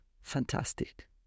Fantastic